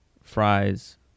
fries